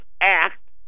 act